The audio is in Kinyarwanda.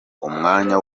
umwanya